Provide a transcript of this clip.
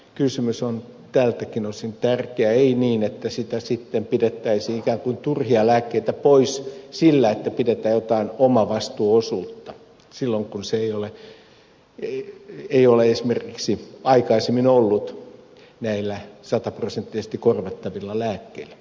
kysymys on siltäkin osin tärkeä ettei pidetä turhia lääkkeitä pois sillä että pidetään omavastuuosuus silloinkin kun sitä ei ole aikaisemmin ollut näillä sataprosenttisesti korvattavilla lääkkeillä